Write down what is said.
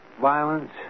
violence